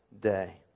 day